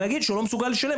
ויגיד שהוא לא מסוגל לשלם,